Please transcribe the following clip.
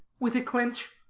with a clinch,